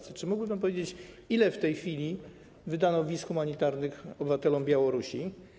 Czy mógłby pan powiedzieć, ile w tej chwili wydano wiz humanitarnych obywatelom Białorusi?